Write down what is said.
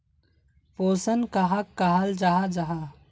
पोषण कहाक कहाल जाहा जाहा?